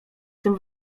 tym